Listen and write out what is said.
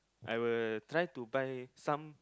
I will try to buy some